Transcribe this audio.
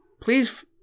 please